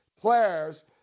players